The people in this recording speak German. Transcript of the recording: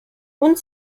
und